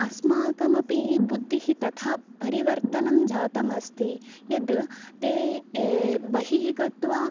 अस्माकमपि बुद्धिः तथा परिवर्तनं जातमस्ति यद् ते ये बहिः गत्वा